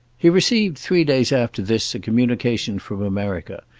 he received three days after this a communication from america,